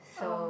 um